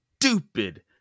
stupid